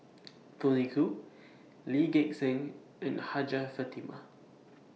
Tony Khoo Lee Gek Seng and Hajjah Fatimah